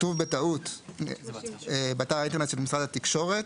כתוב בטעות "באתר האינטרנט של משרד התקשורת",